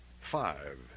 Five